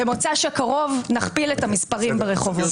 במוצאי שבת הקרובה נכפיל את המספרים ברחובות.